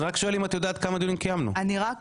אז אני רק שואל אם את יודעת כמה דיונים קיימנו?